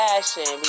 Fashion